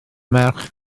merch